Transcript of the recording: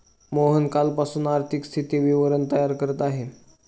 मोहन कालपासून आर्थिक स्थिती विवरण तयार करत आहे